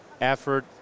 effort